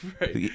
Right